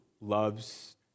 loves